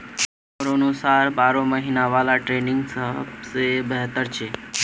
मोर अनुसार बारह महिना वाला ट्रेनिंग सबस बेहतर छ